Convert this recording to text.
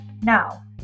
Now